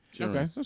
Okay